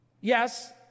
Yes